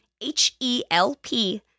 H-E-L-P